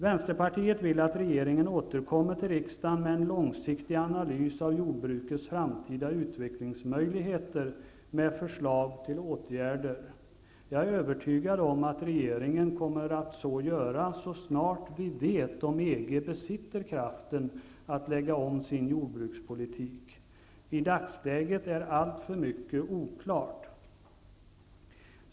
Vänsterpartiet vill att regeringen återkommer till riksdagen med en långsiktig analys av jordbrukets framtida utvecklingsmöjligheter med förslag till åtgärder. Jag är övertygad om att regeringen kommer att så göra så snart vi vet om EG besitter kraften att lägga om sin jordbrukspolitik. I dagsläget är alltför mycket oklart.